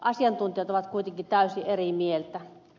asiantuntijat ovat kuitenkin täysin eri mieltä